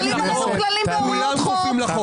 ------ חלים עליהם כללים והוראות חוק.